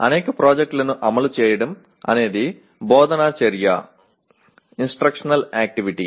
అనేక ప్రాజెక్టులను అమలు చేయడం అనేది బోధనా చర్యఇన్స్పెక్షనల్ యాక్టివిటీ